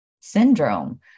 syndrome